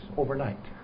overnight